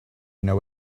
know